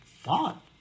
thought